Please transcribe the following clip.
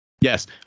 Yes